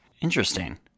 interesting